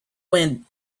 wind